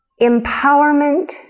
empowerment